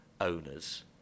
owners